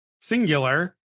singular